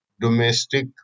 domestic